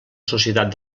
societat